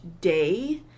day